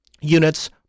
units